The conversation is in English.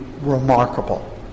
remarkable